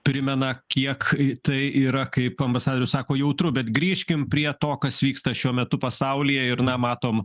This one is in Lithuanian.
primena kiek tai yra kaip ambasadorius sako jautru bet grįžkim prie to kas vyksta šiuo metu pasaulyje ir na matom